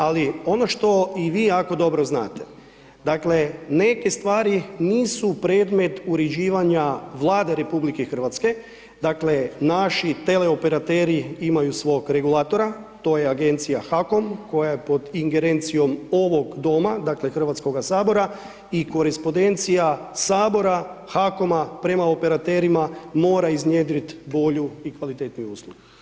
Ali ono što i vi jako dobro znate, dakle, neke stvari nisu predmet uređivanja Vlade RH, dakle, naši teleoperateri imaju svog regulatora, to je agencija HAKOM, koja je pod ingerencijom ovog doma, dakle Hrvatskoga sabora i korespondencija Sabora, HAKOM-a prema operaterima mora iznjedriti bolju i kvalitetniju uslugu.